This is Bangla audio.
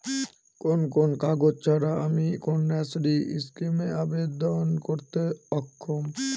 কোন কোন কাগজ ছাড়া আমি কন্যাশ্রী স্কিমে আবেদন করতে অক্ষম?